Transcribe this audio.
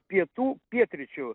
pietų pietryčių